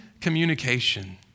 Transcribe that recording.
communication